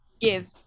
give